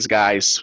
guys